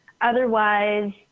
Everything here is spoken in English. Otherwise